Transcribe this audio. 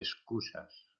excusas